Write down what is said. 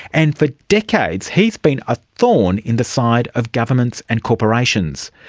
and for decades he's been a thorn in the side of governments and corporations.